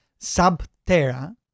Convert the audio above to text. Subterra